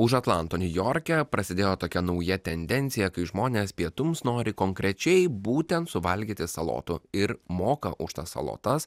už atlanto niujorke prasidėjo tokia nauja tendencija kai žmonės pietums nori konkrečiai būtent suvalgyti salotų ir moka už tas salotas